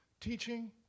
teaching